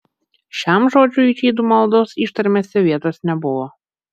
šiam žodžiui žydų maldos ištarmėse vietos nebuvo